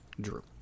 Drew